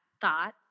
thought